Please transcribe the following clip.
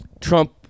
trump